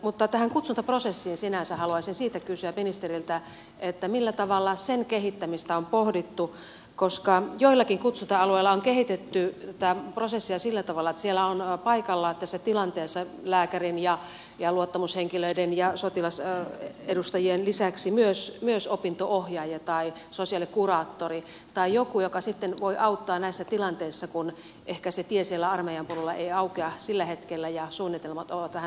mutta tästä kutsuntaprosessista sinänsä haluaisin kysyä ministeriltä millä tavalla sen kehittämistä on pohdittu koska joillakin kutsunta alueilla on kehitetty tätä prosessia sillä tavalla että siellä on paikalla tässä tilanteessa lääkärin ja luottamushenkilöiden ja sotilasedustajien lisäksi myös opinto ohjaaja tai sosiaalikuraattori tai joku joka sitten voi auttaa näissä tilanteissa kun ehkä se tie siellä armeijan polulla ei aukea sillä hetkellä ja suunnitelmat ovat vähän repaleiset